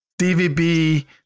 DVB